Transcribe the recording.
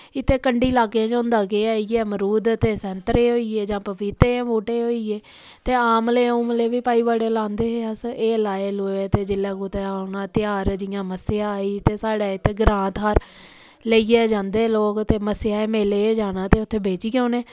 इत्थै कंढी लाके च होंदा केह् ऐ इ'यै मरूद ते सैंतरे होई ए जां पपीतें दे बूह्टे होई ए ते आमले उमले बी भाई बड़े लांदे हे अस एह् लाए लूए ते जिल्लै कुतै औना तेहार जि'यां मस्सेआ आई ते साढ़ै इत्थै ग्रां थाह्र लेइयै जंदे लोग ते मस्सेआ दे मेले गै जाना ते उत्थै बेच्ची औने